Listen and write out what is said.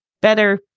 better